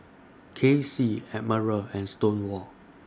Kacy Admiral and Stonewall